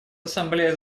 ассамблея